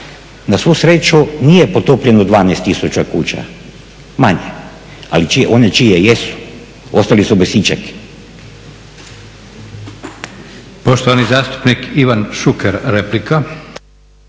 Na svu sreću nije potopljeno 12 tisuća kuća, manje ali one čije jesu ostali su bez ičeg.